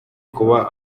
kuba